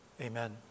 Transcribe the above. Amen